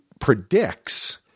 predicts